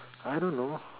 I don't know